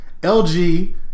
LG